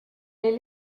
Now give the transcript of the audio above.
les